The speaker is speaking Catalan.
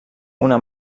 una